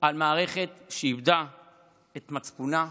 על מערכת שאיבדה את מצפונה,